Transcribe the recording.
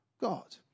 God